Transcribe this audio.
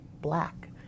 black